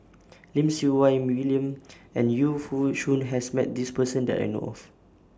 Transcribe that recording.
Lim Siew Wai William and Yu Foo Yee Shoon has Met This Person that I know of